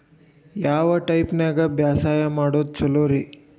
ಯಾವ ಟೈಪ್ ನ್ಯಾಗ ಬ್ಯಾಸಾಯಾ ಮಾಡೊದ್ ಛಲೋರಿ?